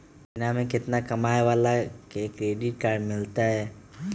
महीना में केतना कमाय वाला के क्रेडिट कार्ड मिलतै?